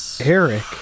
Eric